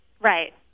Right